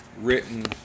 written